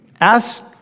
Ask